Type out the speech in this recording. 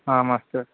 आम् अस्तु